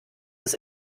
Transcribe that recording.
das